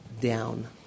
down